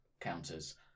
counters